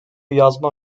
yazma